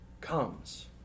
comes